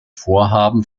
vorhaben